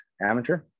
amateur